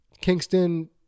Kingston